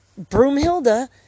Broomhilda